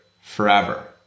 forever